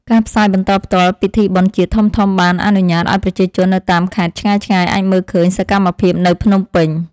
ការផ្សាយបន្តផ្ទាល់ពិធីបុណ្យជាតិធំៗបានអនុញ្ញាតឱ្យប្រជាជននៅតាមខេត្តឆ្ងាយៗអាចមើលឃើញសកម្មភាពនៅភ្នំពេញ។